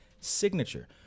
Signature